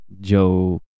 joe